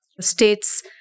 states